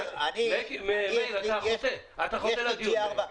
מאיר, אתה חוטא לדיון.